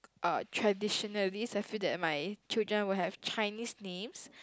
uh traditionally I feel that my children would have Chinese names